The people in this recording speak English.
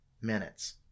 minutes